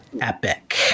epic